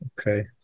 Okay